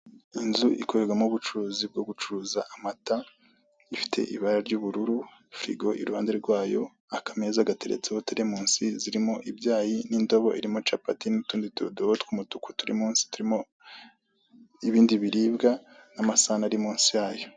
inzu ikorerwamo ubucuruzi bwo gucuruza amata, ifite ibara ry'ubururu, frigo iruhande rwayo, akameza gateretse teremusi zirimo ibyayi n'indobo irimo capati n'utundi tudobo tw'umutuku turi munsi turimo ibindi biribwa n'amasahani ari munsi yayo.